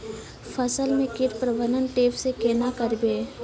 फसल म कीट प्रबंधन ट्रेप से केना करबै?